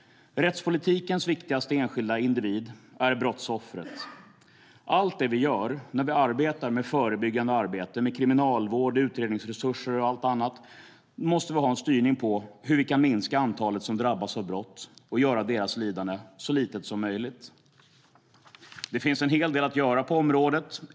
Rättspolitikens viktigaste enskilda individ är brottsoffret. Allt det vi gör när vi arbetar med förebyggande arbete, kriminalvård, utredningsresurser och annat måste alltid ha en styrning så att vi kan minska antalet som drabbas av brott och göra deras lidande så litet som möjligt. Det finns en hel del att göra på området.